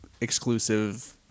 exclusive